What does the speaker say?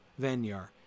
Vanyar